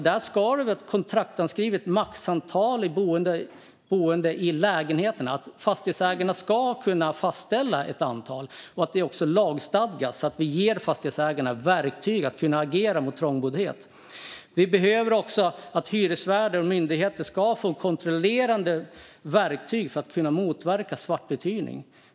Det ska finnas kontrakt som specificerar det maximala antalet boende i en lägenhet. Fastighetsägarna ska kunna fastställa ett sådant antal, och det ska också lagstadgas, så att vi ger fastighetsägarna ett verktyg att agera mot trångboddhet. Hyresvärdar och myndigheter behöver också få kontrollerande verktyg för att motverka svartuthyrning.